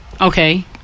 Okay